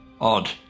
odd